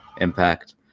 impact